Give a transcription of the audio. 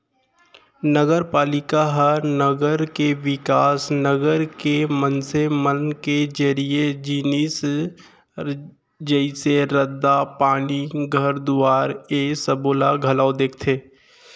नगरपालिका ह नगर के बिकास, नगर के मनसे मन के जरुरी जिनिस जइसे रद्दा, पानी, घर दुवारा ऐ सब ला घलौ देखथे